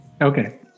Okay